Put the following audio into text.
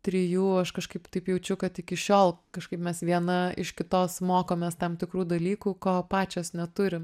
trijų aš kažkaip taip jaučiu kad iki šiol kažkaip mes viena iš kitos mokomės tam tikrų dalykų ko pačios neturim